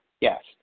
Yes